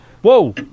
whoa